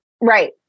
Right